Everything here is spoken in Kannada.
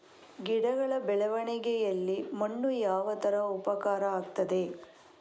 ಗಿಡಗಳ ಬೆಳವಣಿಗೆಯಲ್ಲಿ ಮಣ್ಣು ಯಾವ ತರ ಉಪಕಾರ ಆಗ್ತದೆ?